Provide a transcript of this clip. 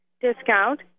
discount